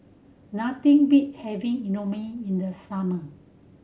nothing beat having in the summer